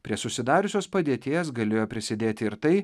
prie susidariusios padėties galėjo prisidėti ir tai